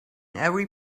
every